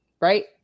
right